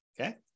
Okay